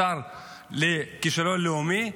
השר לכישלון לאומי,